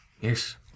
Yes